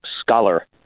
scholar